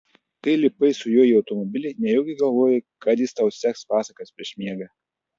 kai lipai su juo į automobilį nejaugi galvojai kad jis tau seks pasakas prieš miegą